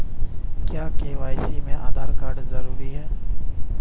क्या के.वाई.सी में आधार कार्ड जरूरी है?